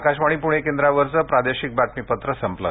आकाशवाणी पणे केंद्रावरचं प्रादेशिक बातमीपत्र संपलं